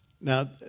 Now